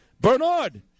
Bernard